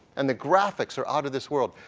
and the graphics are out of this world.